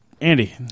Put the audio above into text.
Andy